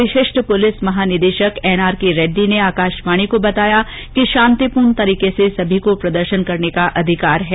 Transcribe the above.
विशिष्ट पुलिस महानिदेशक N R K Reddy ने आकाशवाणी को बताया कि शांतिपूर्ण तरीके से सभी को प्रदर्शन करने का अधिकार है